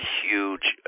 huge